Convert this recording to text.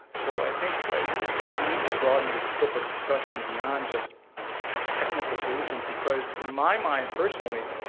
so i think we need to broaden the scope of discussion beyond just technical solutions because, in my mind, personally,